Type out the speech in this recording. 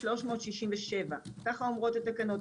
לפי 367. כך אומרות התקנות,